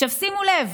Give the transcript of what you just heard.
עכשיו שימו לב: